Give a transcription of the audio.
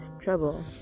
trouble